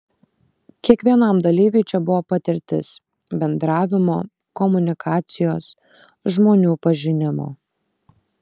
kiekvienam dalyviui čia buvo patirtis bendravimo komunikacijos žmonių pažinimo